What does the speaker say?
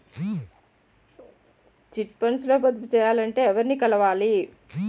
Chit funds లో పొదుపు చేయాలంటే ఎవరిని కలవాలి?